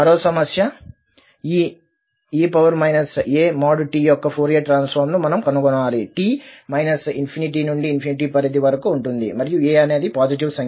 మరో సమస్య ఈ e a|t| యొక్క ఫోరియర్ ట్రాన్సఫార్మ్ ను మనం కనుగొనాలి t ∞ నుండి ∞ పరిధి వరకు ఉంటుంది మరియు a అనేది పాజిటివ్ సంఖ్య